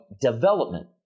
development